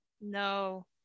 No